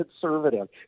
conservative